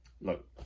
Look